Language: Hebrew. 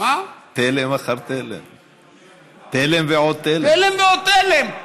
תלם ועוד תלם.